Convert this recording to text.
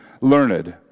learned